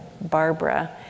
Barbara